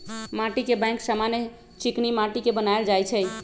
माटीके बैंक समान्य चीकनि माटि के बनायल जाइ छइ